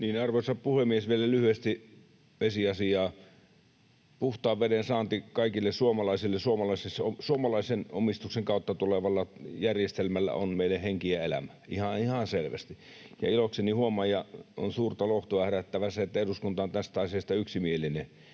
Arvoisa puhemies! Vielä lyhyesti vesiasiaa: Puhtaan veden saanti kaikille suomalaisille suomalaisen omistuksen kautta tulevalla järjestelmällä on meille henki ja elämä, ihan selvästi, ja ilokseni huomaan ja on suurta lohtua herättävää, että eduskunta on tästä asiasta yksimielinen,